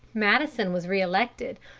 madison was re-elected,